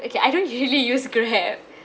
okay I don't usually use grab